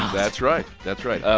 that's right. that's right.